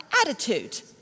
attitude